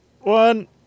one